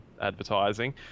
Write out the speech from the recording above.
advertising